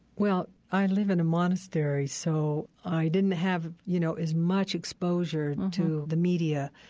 well, i live in a monastery, so i didn't have, you know, as much exposure to the media.